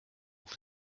vous